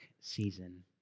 season